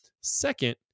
second